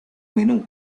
menú